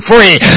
free